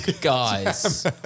guys